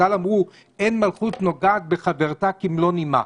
חז"ל אמרו: אין מלכות נוגעת בחברתה כמלוא הנימה.